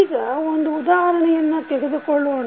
ಈಗ ಒಂದು ಉದಾಹರಣೆಯನ್ನು ತೆಗೆದುಕೊಳ್ಳೋಣ